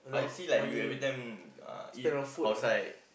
I see like you every time uh eat outside